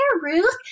Ruth